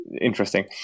interesting